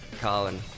Colin